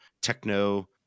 techno